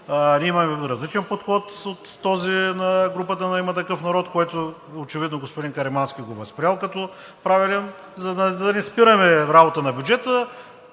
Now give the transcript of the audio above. имаме различен подход от този на групата на „Има такъв народ“, който очевидно господин Каримански го е възприел като правилен. За да не спираме работата на бюджета,